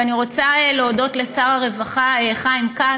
ואני רוצה להודות לשר הרווחה חיים כץ.